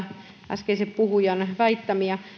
äskeisen puhujan väittämiä